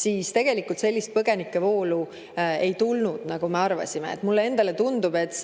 siis tegelikult sellist põgenikevoogu ei tulnud, nagu me arvasime. Mulle endale tundub, et